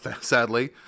sadly